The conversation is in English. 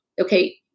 okay